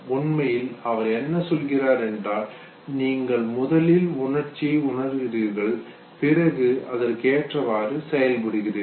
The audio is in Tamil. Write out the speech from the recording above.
உண்மையில் அவர் என்ன சொல்கிறார் என்றால் நீங்கள் முதலில் உணர்ச்சியை உணர்கிறீர்கள் பிறகு அதற்கு ஏற்றவாறு செயல்படுகிறீர்கள்